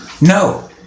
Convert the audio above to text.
No